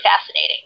fascinating